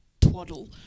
twaddle